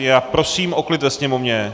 Já prosím o klid ve Sněmovně!